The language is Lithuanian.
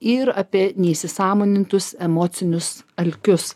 ir apie neįsisąmonintus emocinius alkius